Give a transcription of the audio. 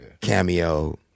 Cameo